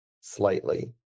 slightly